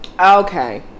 okay